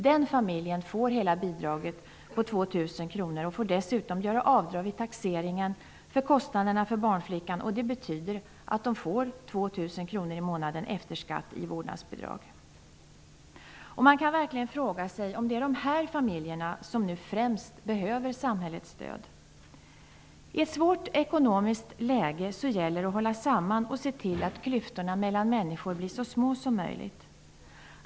De familjerna får hela bidraget på 2 000 kr och får desssutom göra avdrag vid taxeringen för kostnaderna för barnflickan. Det betyder att de får 2 000 kr i månaden efter skatt i vårdnadsbidrag. Man kan verkligen fråga sig om det är dessa familjer som nu främst behöver samhällets stöd. I ett svårt ekonomiskt läge gäller det att hålla samman och se till att klyftorna mellan människor blir så små som möjligt.